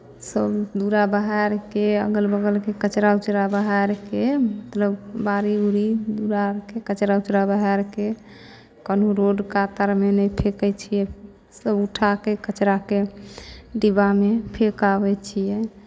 सभ दुअरा बहारि कऽ अगल बगलके कचरा उचरा बहारि कऽ मतलब बाड़ी उड़ी दुअरा आरके कचरा उचरा बहारि कऽ कहूँ रोड कात तरमे नहि फेँकै छियै सभ उठा कऽ कचराके डिब्बामे फेँकि आबै छियै